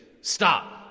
Stop